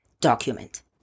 document